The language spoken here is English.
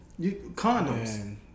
Condoms